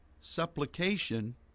supplication